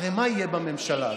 הרי מה יהיה בממשלה הזאת?